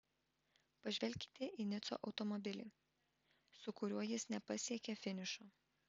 pažvelkite į nico automobilį su kuriuo jis nepasiekė finišo